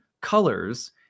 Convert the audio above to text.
colors